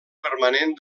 permanent